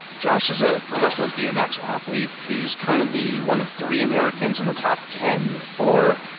josh is a professional bmx athlete who's currently one of three americans in the top ten for.